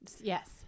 Yes